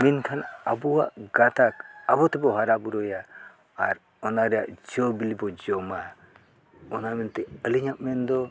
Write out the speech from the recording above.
ᱢᱮᱱᱠᱷᱟᱱ ᱟᱵᱚᱣᱟᱜ ᱜᱟᱛᱟᱠ ᱟᱵᱚ ᱛᱮᱵᱚ ᱦᱟᱨᱟ ᱵᱩᱨᱩᱭᱟ ᱟᱨ ᱚᱱᱟ ᱨᱮᱭᱟᱜ ᱡᱚ ᱵᱤᱞᱤ ᱵᱚ ᱡᱚᱢᱟ ᱚᱱᱟ ᱢᱮᱱᱛᱮ ᱟᱹᱞᱤᱧᱟᱜ ᱢᱮᱱᱫᱚ